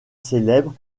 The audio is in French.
célèbre